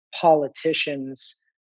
politicians